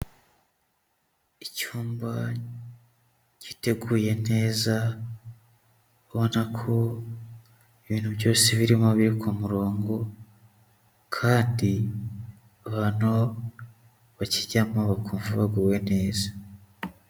Icyumba giteguye neza, ubona ko ibintu byose birimo biri ku murongo kandi abantu bakijyamo bakumva baguwe neza.